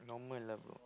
normal ah bro